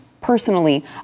Personally